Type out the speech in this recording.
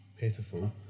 pitiful